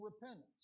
repentance